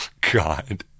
God